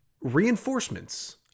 reinforcements